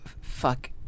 Fuck